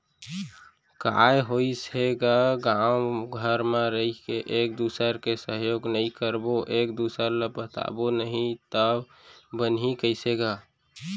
काय होइस हे गा गाँव घर म रहिके एक दूसर के सहयोग नइ करबो एक दूसर ल बताबो नही तव बनही कइसे गा